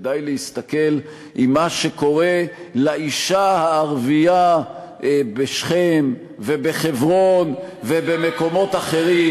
ודי להסתכל על מה שקורה לאישה הערבייה בשכם ובחברון ובמקומות אחרים,